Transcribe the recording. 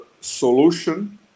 solution